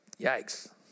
Yikes